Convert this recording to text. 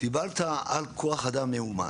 דיברת על כוח אדם מיומן.